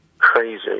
crazy